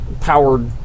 powered